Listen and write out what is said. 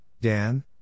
Dan